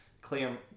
clear